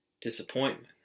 disappointment